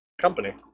company